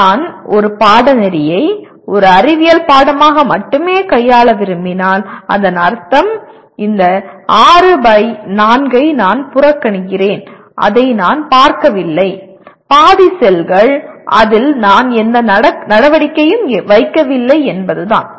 நான் ஒரு பாடநெறியை ஒரு அறிவியல் பாடமாக மட்டுமே கையாள விரும்பினால்அதன் அர்த்தம் இந்த 6 பை 4 ஐ நான் புறக்கணிக்கிறேன் அதை நான் பார்க்கவில்லை பாதி செல்கள் அதில் நான் எந்த நடவடிக்கையும் வைக்கவில்லை என்பதுதான்